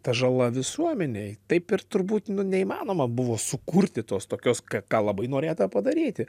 ta žala visuomenei taip ir turbūt neįmanoma buvo sukurti tos tokios ką ką labai norėta padaryti